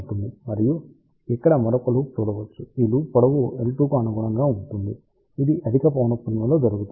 మరియు మీరు ఇక్కడ మరొక లూప్ చూడవచ్చు ఈ లూప్ పొడవు L2 కు అనుగుణంగా ఉంటుంది ఇది అధిక పౌనఃపున్యం లో జరుగుతోంది